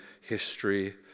history